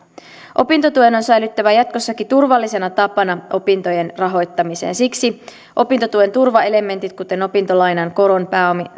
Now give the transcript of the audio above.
opintotuen on säilyttävä jatkossakin turvallisena tapana opintojen rahoittamiseen siksi opintotuen turvaelementit kuten opintolainan koron